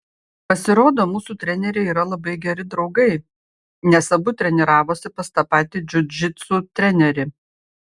pasirodo mūsų treneriai yra labai geri draugai nes abu treniravosi pas tą patį džiudžitsu trenerį